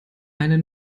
eine